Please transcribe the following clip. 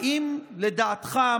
האם לדעתך,